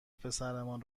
پسرمان